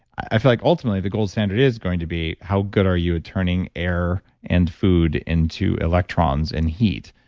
i feel like, ultimately, the gold standard is going to be how good are you turning air and food into electrons and heat.